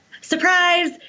Surprise